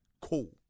cool